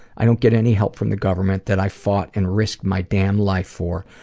i don't get any help from the government that i fought and risked my damn life for,